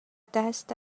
دست